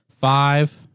five